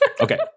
Okay